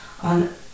on